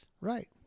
Right